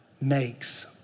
makes